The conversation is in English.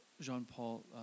Jean-Paul